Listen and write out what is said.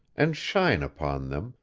and shine upon them,